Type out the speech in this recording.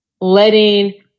letting